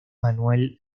manuel